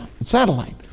satellite